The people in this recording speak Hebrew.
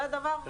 זה דבר הזוי.